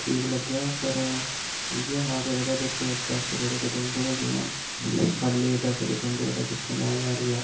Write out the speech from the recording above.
ठीक लग्गेआ पर इ'यै हा कि ओह्दे बिच पैसे बड़े कटोंदे हे जि'यां सालै पैसे कटोंदे ओह्दे च पंजाह्ं ज्हार रपेआ